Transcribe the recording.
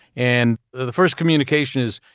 and the first communication is,